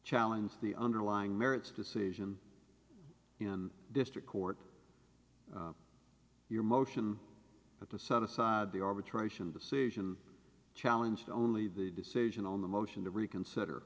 challenge the underlying merits a decision in district court your motion to set aside the arbitration decision challenge only the decision on the motion to reconsider